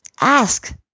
ask